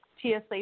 TSA